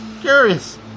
Curious